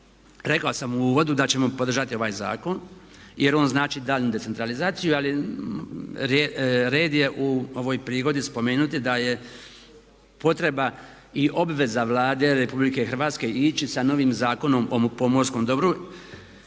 rekao sam u uvodu da ćemo podržati ovaj zakon jer on znači daljnju decentralizaciju ali red je u ovoj prigodi spomenuti da je potreba i obveza Vlade RH ići sa novim Zakonom o pomorskom dobru